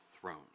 throne